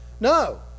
No